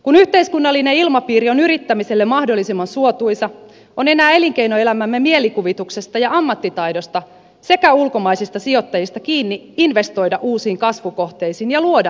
kun yhteiskunnallinen ilmapiiri on yrittämiselle mahdollisimman suotuisa on enää elinkeinoelämämme mielikuvituksesta ja ammattitaidosta sekä ulkomaisista sijoittajista kiinni investoida uusiin kasvukohteisiin ja luoda lisää työpaikkoja